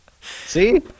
See